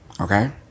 Okay